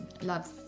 loves